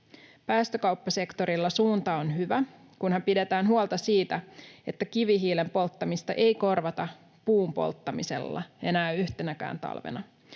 Päästökauppasektorilla suunta on hyvä, kunhan pidetään huolta siitä, että kivihiilen polttamista ei korvata puun polttamisella enää yhtenäkään talvena.